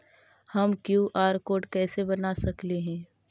हम QR code कैसे बना सकली ही?